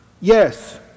Yes